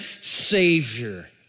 savior